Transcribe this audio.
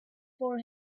for